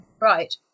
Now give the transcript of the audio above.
Right